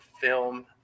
film